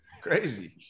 crazy